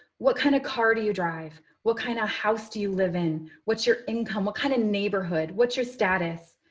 what kind of car do you drive? what kind of house do you live in? what's your income? what kind of neighborhood? what's your status?